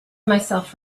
myself